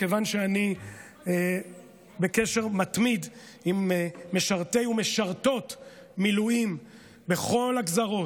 כיוון שאני בקשר מתמיד עם משרתי ומשרתות מילואים בכל הגזרות,